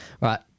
right